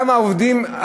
גם העובדים,